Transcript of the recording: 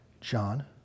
John